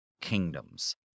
kingdoms